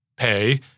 Pay